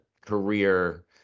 career